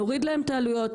נוריד להם את העלויות,